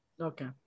Okay